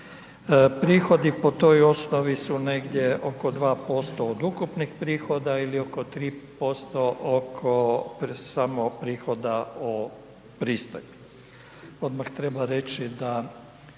Prihodi po toj osnovi su negdje oko 2% od ukupnih prihoda ili oko 3% samo prihoda o pristojbi. Odmah treba reći da